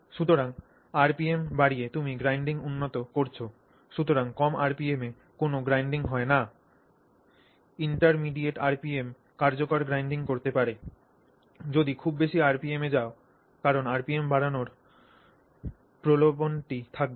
সুতরাং আরপিএম বাড়িয়ে তুমি গ্রাইন্ডিং উন্নত করছ সুতরাং কম আরপিএম এ কোনও গ্রাইন্ডিং হয় না ইন্টারমিডিয়েট আরপিএম কার্যকর গ্রাইন্ডিং করতে পারে যদি খুব বেশি আরপিএম এ যাও কারণ আরপিএম বাড়ানর প্রলোভনটি থাকবে